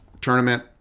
tournament